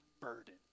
burden